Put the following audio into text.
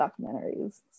documentaries